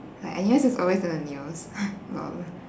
like N_U_S is always on the news lol